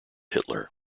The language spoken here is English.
hitler